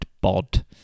bod